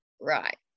right